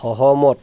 সহমত